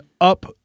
up